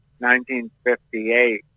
1958